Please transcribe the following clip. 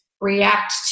react